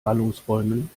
ballungsräumen